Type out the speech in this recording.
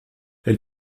elle